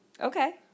Okay